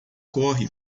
corre